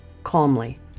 Calmly